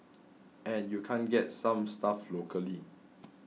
and you can't get some stuff locally